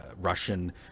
Russian